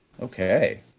Okay